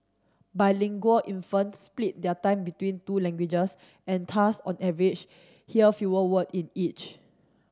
bilingual infants split their time between two languages and thus on average hear fewer word in each